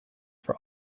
for